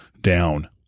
down